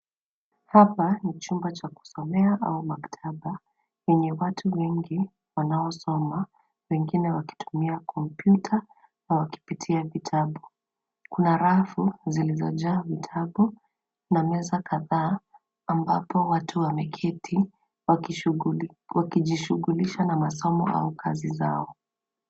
Hapa ni chumba cha kusomea au maktaba yenye watu wengi wanaosoma, wengine wakitumia kompyuta au wakipitia vitabu. Kuna rafu zilizojaa vitabu na meza kadhaa, ambapo watu wameketi wakijishughulisha na masomo au kazi zao.